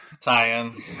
tie-in